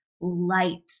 light